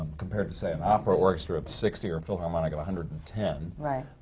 compared to say an opera orchestra of sixty or a philharmonic of a hundred and ten right.